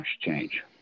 change